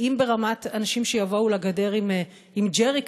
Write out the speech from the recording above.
אם ברמת אנשים שיבואו לגדר עם ג'ריקנים